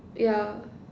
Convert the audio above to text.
ya